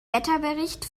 wetterbericht